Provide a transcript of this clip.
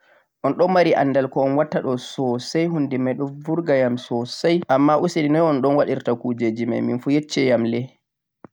on ɗon mari anndal ko on watta ɗo soosay huunde may ɗo burgayam soosay, ammaan useni noy on waɗirta kuujeeeji may min fu yecce yam le.